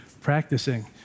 practicing